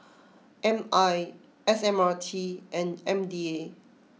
M I S M R T and M D A